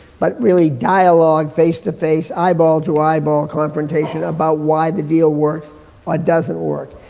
but really dialogue, face-to-face, eyeball-to-eyeball confrontation about why the deal works, why it doesn't work.